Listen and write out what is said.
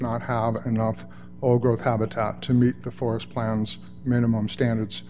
not have enough oil growth habitat to meet the forest plans minimum standards